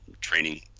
training